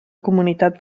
comunitat